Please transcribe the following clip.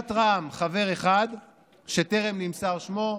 מסיעת רע"מ חבר אחד שטרם נמסר שמו,